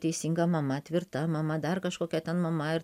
teisinga mama tvirta mama dar kažkokia ten mama ir